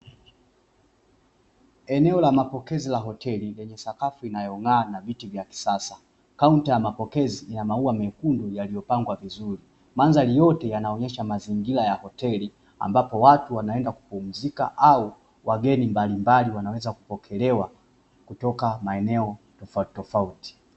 Eneo la mapokezi la hoteli yenye sakafu inayo ng'aa na viti vya kisasa, kaunta ya mapokezi ina maua mekundu yaliyo pangwa vizuri, mandhari yote yanaonyesha mazingira ya hoteli ambapo watu wanaenda kupumzika au wageni mbalimbali wanaweza kupokelewa kutoka maeneo tofauti tofauti.